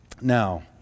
Now